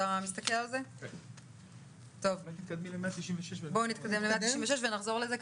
נתקדם ל-196 ונחזור לזה,